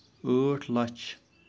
ٲٹھ لَچھ